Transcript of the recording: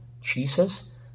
Jesus